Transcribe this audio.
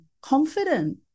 confident